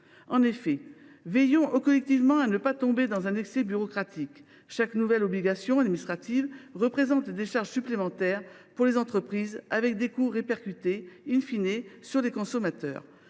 En effet, veillons collectivement à ne pas faire preuve d’un excès bureaucratique. Chaque nouvelle obligation administrative représente des charges supplémentaires pour les entreprises, dont les coûts sont répercutés sur les consommateurs.